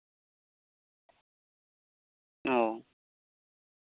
ᱚ